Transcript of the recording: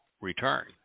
return